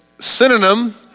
synonym